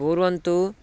पूर्वन्तु